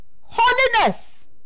Holiness